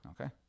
Okay